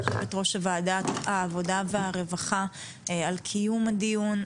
יושבת-ראש ועדת העבודה והרווחה על קיום הדיון,